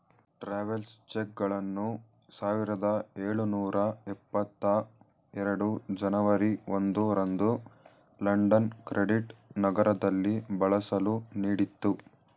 travels ಚೆಕ್ಗಳನ್ನು ಸಾವಿರದ ಎಳುನೂರ ಎಪ್ಪತ್ತ ಎರಡು ಜನವರಿ ಒಂದು ರಂದು ಲಂಡನ್ ಕ್ರೆಡಿಟ್ ನಗರದಲ್ಲಿ ಬಳಸಲು ನೀಡಿತ್ತು